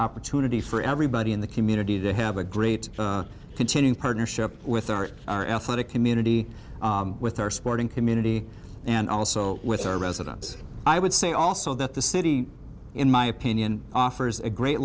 opportunity for everybody in the community to have a great continuing partnership with our our athletic community with our sporting community and also with our residents i would say also that the city in my opinion offers a great